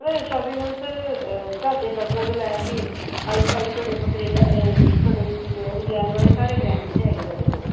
sir shopping mall sir ਘਰ ਦੇ ਬਰਤਨਾਂ ਤੋ ਲੈ ਕੇ ਹਾਈ ਫਾਈ ਤੁਹਾਡੇ ਕਨੇਡਾ ਤੁਹਾਡੇ ਕੀ ਹੈ ਇੰਗਲੈਡ ਵਾਲੇ ਸਾਰੇ ਬਰੈਂਡ ਇੱਥੇ ਹੈਗੇ ਹੈ ਸਾਡੇ ਕੋਲ਼